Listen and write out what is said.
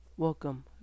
Welcome